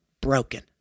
broken